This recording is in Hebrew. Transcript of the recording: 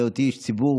בהיותי איש ציבור.